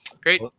Great